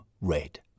red